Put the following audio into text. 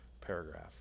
paragraph